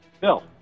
Bill